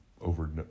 over